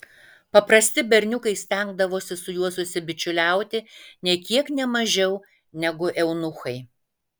paprasti berniukai stengdavosi su juo susibičiuliauti nė kiek ne mažiau negu eunuchai